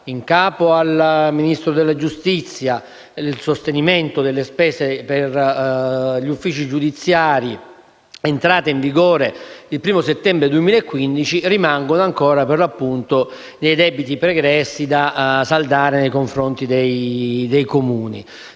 in capo al Ministero della giustizia il sostenimento delle spese per gli uffici giudiziari, è entrata in vigore il 1° settembre 2015, rimangono ancora dei debiti pregressi da saldare confronti dei Comuni.